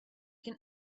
can